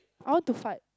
I want to fart